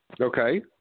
Okay